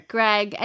Greg